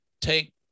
take